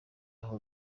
aho